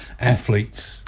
athletes